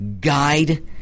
guide